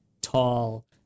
tall